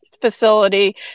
facility